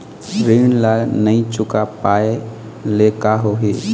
ऋण ला नई चुका पाय ले का होही?